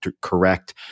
correct